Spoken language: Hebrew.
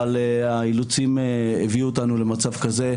אבל האילוצים הביאו אותנו למצב כזה,